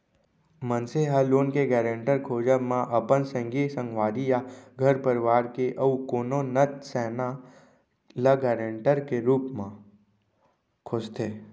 मनसे ह लोन के गारेंटर खोजब म अपन संगी संगवारी या घर परवार के अउ कोनो नत सैना ल गारंटर के रुप म खोजथे